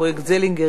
פרויקט זלינגר,